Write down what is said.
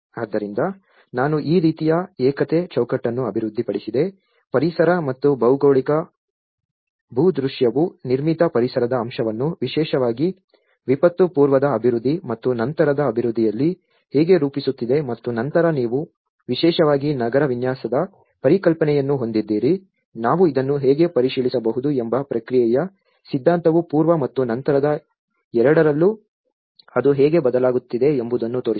ಆದ್ದರಿಂದ ನಾನು ಈ ರೀತಿಯ ಏಕತೆಯ ಚೌಕಟ್ಟನ್ನು ಅಭಿವೃದ್ಧಿಪಡಿಸಿದೆ ಪರಿಸರ ಮತ್ತು ಭೌಗೋಳಿಕ ಭೂದೃಶ್ಯವು ನಿರ್ಮಿತ ಪರಿಸರದ ಅಂಶವನ್ನು ವಿಶೇಷವಾಗಿ ವಿಪತ್ತು ಪೂರ್ವದ ಅಭಿವೃದ್ಧಿ ಮತ್ತು ನಂತರದ ಅಭಿವೃದ್ಧಿಯಲ್ಲಿ ಹೇಗೆ ರೂಪಿಸುತ್ತಿದೆ ಮತ್ತು ನಂತರ ನೀವು ವಿಶೇಷವಾಗಿ ನಗರ ವಿನ್ಯಾಸದ ಪರಿಕಲ್ಪನೆಗಳನ್ನು ಹೊಂದಿದ್ದೀರಿ ನಾವು ಇದನ್ನು ಹೇಗೆ ಪರಿಶೀಲಿಸಬಹುದು ಎಂಬ ಪ್ರತಿಕ್ರಿಯೆಯ ಸಿದ್ಧಾಂತವು ಪೂರ್ವ ಮತ್ತು ನಂತರದ ಎರಡರಲ್ಲೂ ಅದು ಹೇಗೆ ಬದಲಾಗುತ್ತಿದೆ ಎಂಬುದನ್ನು ತೋರಿಸುತ್ತದೆ